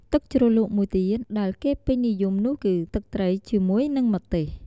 ទឹកជ្រលក់មួយទៀតដែលគេពេញនិយមនោះគឺ ទឹកត្រីជាមួយនិងម្ទេស។